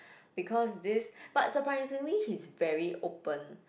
because this but surprisingly he is very open